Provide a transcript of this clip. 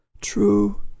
true